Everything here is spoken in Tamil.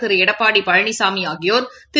திரு எடப்பாடிபழனிசாமிஆகியோர் திரு